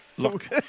Look